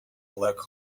black